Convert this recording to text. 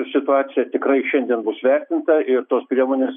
situacija tikrai šiandien bus vertinta ir tos priemonės